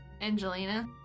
Angelina